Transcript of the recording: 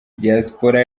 diyasipora